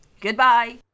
Goodbye